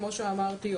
כמו שאמרתי,